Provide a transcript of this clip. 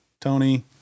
Tony